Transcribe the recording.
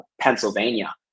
Pennsylvania